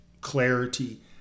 clarity